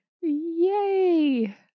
Yay